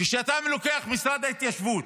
כשאתה לוקח את משרד ההתיישבות,